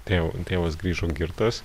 tėvo tėvas grįžo girtas